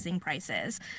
prices